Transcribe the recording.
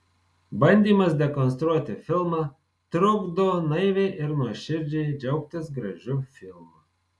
bandymas dekonstruoti filmą trukdo naiviai ir nuoširdžiai džiaugtis gražiu filmu